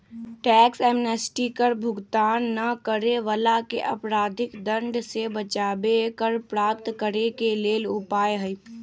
tax amnesty कर भुगतान न करे वलाके अपराधिक दंड से बचाबे कर प्राप्त करेके लेल उपाय हइ